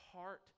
heart